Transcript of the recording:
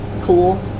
cool